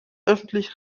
öffentlich